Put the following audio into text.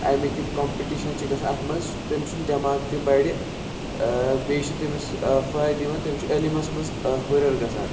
اَمِکۍ کمپِٹِشن چھِ گَژھان اَتھ منٛز تٔمۍ سُنٛد دٮ۪ماغ تہِ بَڑِ بیٚیہِ چھِ تٔمِس فٲیدٕ یِوان تٔمِس چھُ علِمس منٛز ہُرٮ۪ر گَژھان